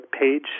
page